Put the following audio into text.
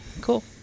cool